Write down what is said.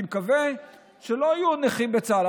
אני מקווה שלא יהיו נכים בצה"ל,